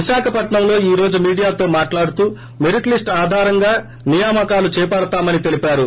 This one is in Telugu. విశాఖపట్పంలో ఈ రోజు మీడియాతో మాట్లాడుతూ మెరిట్ లీస్టు ఆధారంగా నియామకాలు చేపడతామని తెలిపారు